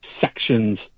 sections